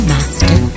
Master